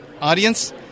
audience